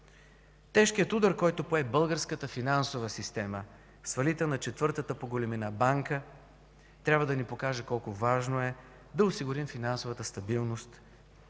Тежкият удар, който пое българската финансова система – фалитът на четвъртата по големина банка, трябва да ни покаже колко важно е да осигурим финансовата стабилност